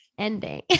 ending